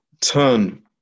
turn